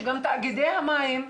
שגם תאגיד המים,